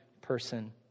person